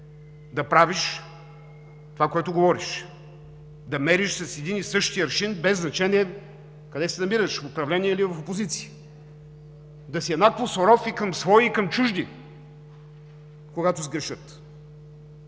да правиш това, което говориш, да мериш с един и същи аршин, без значение къде се намираш – в управление, или в опозиция, да си еднакво суров и към свои, и към чужди, когато сгрешат.